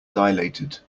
dilated